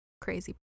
crazy